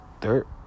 dirt